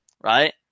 right